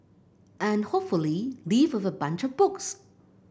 and hopefully leave with a bunch of books